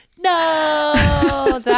no